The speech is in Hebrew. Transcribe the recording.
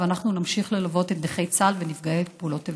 ואנחנו נמשיך ללוות את נכי צה"ל ונפגעי פעולות האיבה.